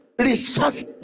resource